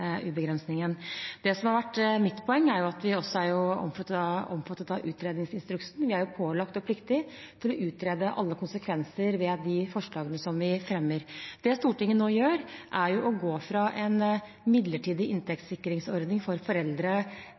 Det som har vært mitt poeng, er at vi også er omfattet av utredningsinstruksen. Vi er pålagt og plikter å utrede alle konsekvenser av forslagene vi fremmer. Det Stortinget nå gjør, er å gå fra en midlertidig inntektssikringsordning for foreldre